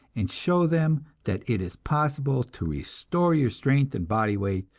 and show them that it is possible to restore your strength and body weight,